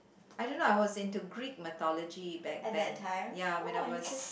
I don't know I was into Greek mythology back then ya when I was